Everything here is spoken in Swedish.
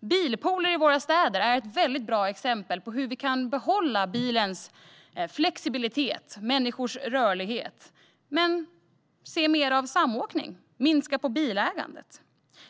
Bilpooler i våra städer är ett väldigt bra exempel på hur vi kan behålla bilens flexibilitet och människors rörlighet men se mer av samåkning och minska bilägandet.